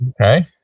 Okay